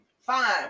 fine